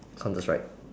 counter strike